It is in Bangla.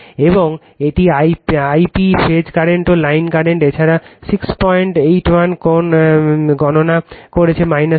এবং এই I p ফেজ কারেন্টও লাইন কারেন্ট এছাড়াও 681 কোণ গণনা করেছে 218